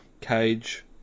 cage